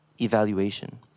evaluation